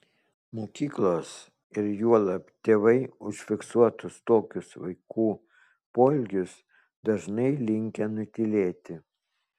mokyklos ir juolab tėvai užfiksuotus tokius vaikų poelgius dažnai linkę nutylėti